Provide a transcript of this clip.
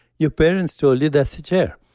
your parents told you that's a chair.